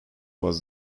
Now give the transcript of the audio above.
was